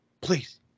Please